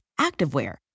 activewear